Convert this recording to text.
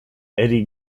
eddie